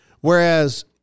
Whereas